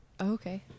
Okay